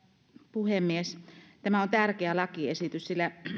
puhemies tämä on tärkeä lakiesitys sillä